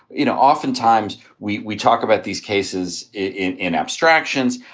you know, oftentimes we we talk about these cases in in abstractions.